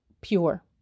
pure